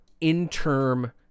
interim